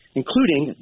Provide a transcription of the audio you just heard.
including